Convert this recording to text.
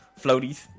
Floaties